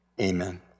Amen